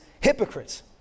hypocrites